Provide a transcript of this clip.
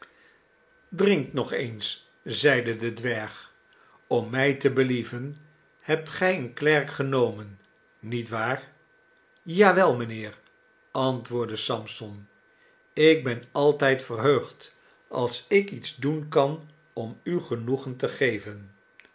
drink nog eens zeide de dwerg om mij te believen hebt gij een klerk genomen niet waar ja wel mijnheer antwoordde sampson ik ben altijd verheugd als ik iets doen kan om u genoegen te geven